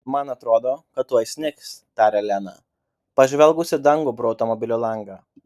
man atrodo kad tuoj snigs tarė lena pažvelgus į dangų pro automobilio langą